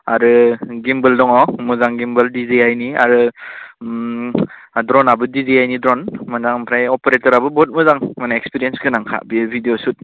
आरो गिम्बोल दङ मोजां गिम्बोल डिजिआइनि आरो ड्र'नआबो डिजिआइनि ड्र'न मोजां ओमफ्राय अपारेटराबो बुहुद मोजां माने एक्सपिरियेन्स गोनांखा बेयो भिडिय' सुट